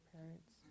parents